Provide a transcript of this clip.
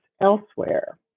elsewhere